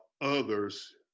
others